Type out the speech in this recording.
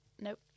nope